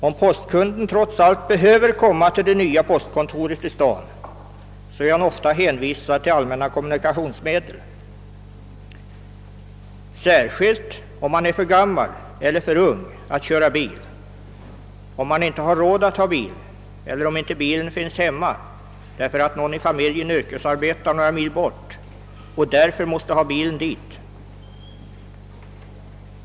Om postkunden trots allt behöver komma till det nya postkontoret i staden är han ofta hänvisad till allmänna kommunikationsmedel — särskilt om han är för gammal eller för ung för att köra bil, om han inte har råd att ha bil eller om bilen behöver användas av någon annan i familjen som yrkesarbetar några mil bort.